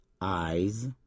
eyes